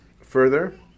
further